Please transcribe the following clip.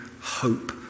hope